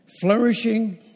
Flourishing